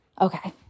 Okay